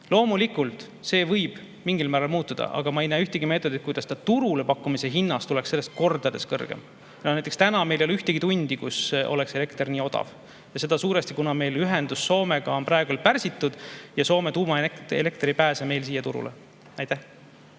Loomulikult võib see mingil määral muutuda, aga ma ei näe ühtegi meetodit, kuidas ta turule pakkumise hinnas tuleks sellest kordades kõrgem. Näiteks täna meil ei ole ühtegi tundi, kus elekter oleks nii odav, ja seda suuresti seetõttu, et meil ühendus Soomega on praegu pärsitud ja Soome tuumaelekter ei pääse siia turule. See